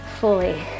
fully